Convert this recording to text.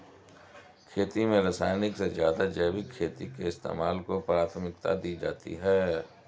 खेती में रासायनिक से ज़्यादा जैविक खेती के इस्तेमाल को प्राथमिकता दी जाती है